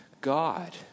God